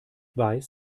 weiß